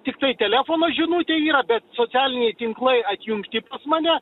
tiktai telefono žinutė yra bet socialiniai tinklai atjungti pas mane